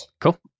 Cool